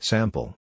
Sample